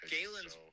Galen's